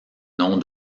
noms